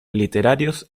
literarios